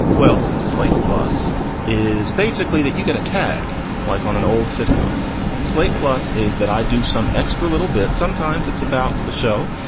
well, slate plus is basically that you get a tag like on an old sitcom slate. plus is that i do some extra little bit. sometimes it's about the show.